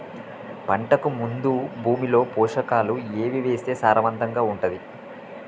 పంటకు ముందు భూమిలో పోషకాలు ఏవి వేస్తే సారవంతంగా ఉంటది?